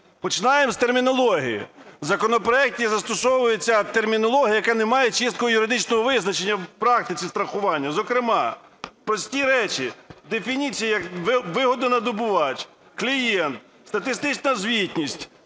Починаємо з термінології. В законопроекті застосовується термінологія, яка не має чіткого юридичного визначення в практиці страхування. Зокрема, прості речі: дефініції як "вигодонабувач", "клієнт", "статистична звітність".